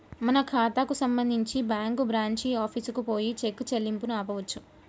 మన ఖాతాకు సంబంధించి బ్యాంకు బ్రాంచి ఆఫీసుకు పోయి చెక్ చెల్లింపును ఆపవచ్చు